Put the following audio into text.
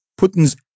Putin's